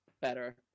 better